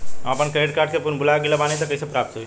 हम आपन credit card के पिन भुला गइल बानी त कइसे प्राप्त होई?